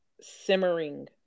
simmering